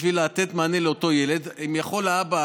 בשביל לתת מענה לאותו ילד יכולים אבא,